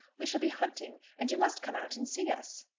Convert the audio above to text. we shall be hunting, and you must come out and see us.